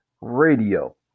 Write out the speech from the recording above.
radio